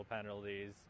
penalties